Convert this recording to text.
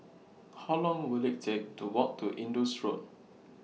How Long Will IT Take to Walk to Indus Road